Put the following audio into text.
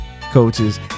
coaches